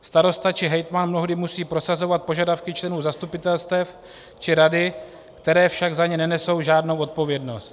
Starosta či hejtman mnohdy musí prosazovat požadavky členů zastupitelstev či rady, které však za ně nenesou žádnou odpovědnost.